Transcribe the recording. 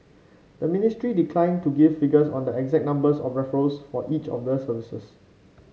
the ministry declined to give figures on the exact number of referrals for each of the services